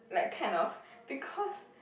like kind of because